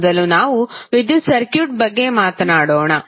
ಮೊದಲು ನಾವು ವಿದ್ಯುತ್ ಸರ್ಕ್ಯೂಟ್ ಬಗ್ಗೆ ಮಾತನಾಡೋಣ